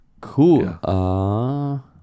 Cool